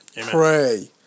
Pray